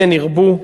כן ירבו.